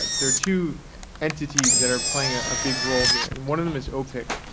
there are two entities that are playing a big role here. and one of them is opec,